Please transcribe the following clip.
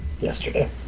yesterday